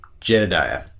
Jedediah